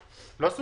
זה לא סודר.